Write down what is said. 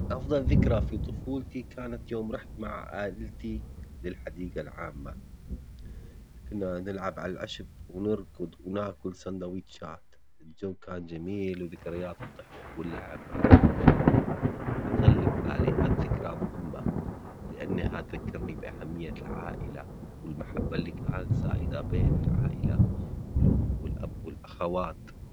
أفضل ذكرى في طفولتي كانت يوم روحت مع عائلتي للحديقة العامة، كنا نلعب على العشب ونركض وناكل ساندويشات، الجو كان جميل وذكريات الضحك واللعب مع أخواني يظل في بالي، هاذ ذكرى مهمة لأنها تذكرني بأهمية العائلة والمحبة اللي كانت سائدة بين العائلة الأم والأب والأخوات.